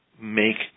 make